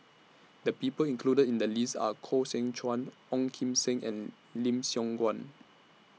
The People included in The list Are Koh Seow Chuan Ong Kim Seng and Lim Siong Guan